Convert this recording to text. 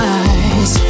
eyes